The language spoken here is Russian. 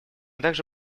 также